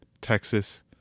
Texas